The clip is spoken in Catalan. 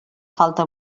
falta